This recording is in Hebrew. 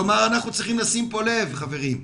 כלומר, אנחנו צריכים לשים פה לב, חברים.